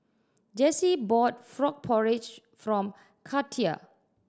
Jessi bought frog porridge for Katia